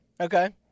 okay